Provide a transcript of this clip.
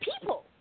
people